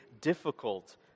difficult